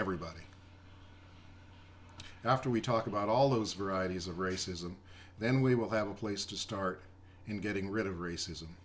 everybody after we talk about all those varieties of racism then we will have a place to start in getting rid of racism